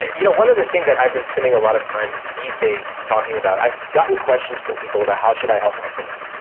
you know one of the thing that i've been spending a lot of time these days talking about, i've gotten questions from people about, how should i help my family?